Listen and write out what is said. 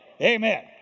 Amen